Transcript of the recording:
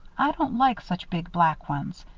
i don't like such big, black ones.